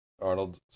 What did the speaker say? Arnold